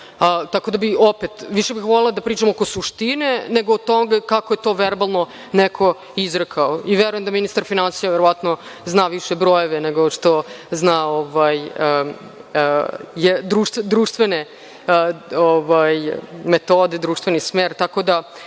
tako da bih opet više volela da pričamo oko suštine, nego o tome kako je to verbalno neko izrekao. Verujem da ministar finansija verovatno zna više brojeve, nego što zna društvene metode i društveni smer,